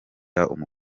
umukuru